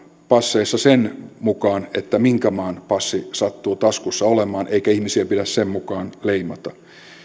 passeissa sen mukaan minkä maan passi sattuu taskussa olemaan eikä ihmisiä pidä sen mukaan leimata